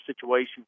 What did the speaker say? situation